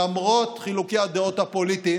למרות חילוקי הדעות הפוליטיים,